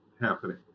happening